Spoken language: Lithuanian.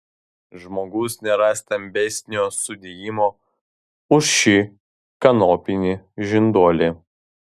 žmogus nėra stambesnio sudėjimo už šį kanopinį žinduolį